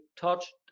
touched